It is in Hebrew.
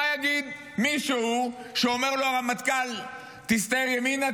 מה יגיד מישהו שאומר לו הרמטכ"ל: הסתער ימינה,